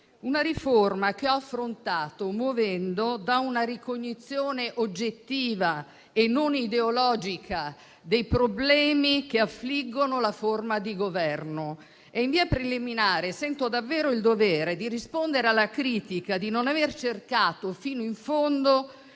una riforma che ho affrontato muovendo da una ricognizione oggettiva e non ideologica dei problemi che affliggono la forma di governo. In via preliminare, sento davvero il dovere di rispondere alla critica di non aver cercato fino in fondo